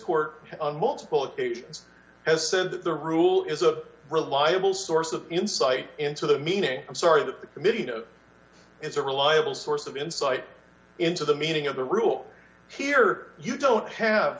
work on multiple occasions has said that the rule is a reliable source of insight into the meaning i'm sorry that the committee it's a reliable source of insight into the meaning of the rule here you don't have